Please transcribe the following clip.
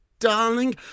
Darling